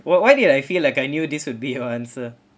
why why did I feel like I knew this would be your answer